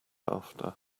after